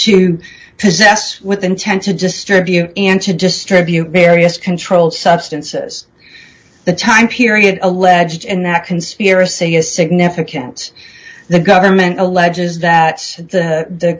possess with intent to distribute and to distribute various controlled substances the time period alleged in that conspiracy is significant the government alleges that the